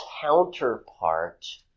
counterpart